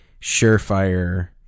surefire